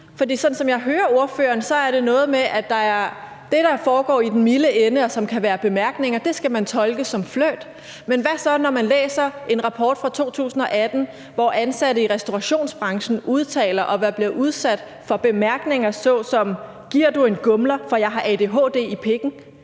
For sådan som jeg hører ordføreren, er det noget med, at det, der foregår i den milde ende, og som kan være bemærkninger, skal man tolke som flirt. Men hvad så når man læser en rapport fra 2018, hvor ansatte i restaurationsbranchen udtaler, at de er blevet udsat for bemærkninger såsom »Giver du en gumler, for jeg har adhd i pikken?«